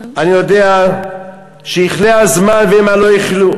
אני יודע ש"יכלה הזמן והמה לא יכלו".